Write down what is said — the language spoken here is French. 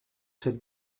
cette